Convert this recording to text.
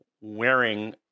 wearing